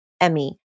Emmy